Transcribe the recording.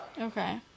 Okay